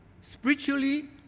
spiritually